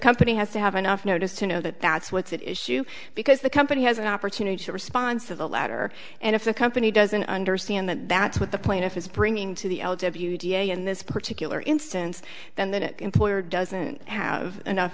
company has to have enough notice to know that that's what's at issue because the company has an opportunity to respond to the latter and if the company doesn't understand that that's what the plaintiff is bringing to the l w da in this particular instance then that employer doesn't have enough